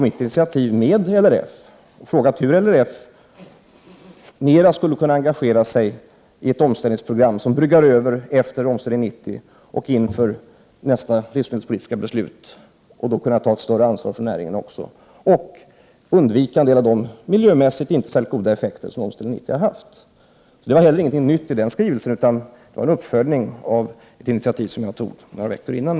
Jag undrade då hur LRF mera skulle kunna engagera sigi ett omställningsprogram som bryggar över efter Omställning 90 och inför nästa livsmedelspolitiska beslut och därigenom kunna ta ett större ansvar för näringen samt undvika en del av de miljömässigt inte särskilt goda effekter som Omställning 90 har inneburit. Skrivelsen innehöll således ingenting nytt, utan denna var en uppföljning av ett initiativ som jag tog med LRF några veckor innan.